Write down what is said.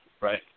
right